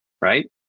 right